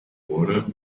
water